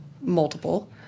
multiple